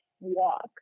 walk